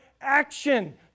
action